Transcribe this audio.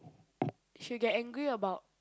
she'll get angry about